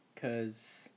cause